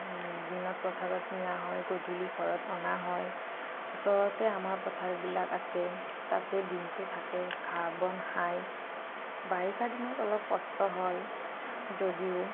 দিনত পথাৰত নিয়া হয় গধূলি ঘৰত অনা হয় ওচৰতে আমাৰ পথাৰবিলাক আছে তাতে দিনটো থাকে ঘাঁহ বন খায় বাৰিষা দিনত অলপ কষ্ট হয় যদিও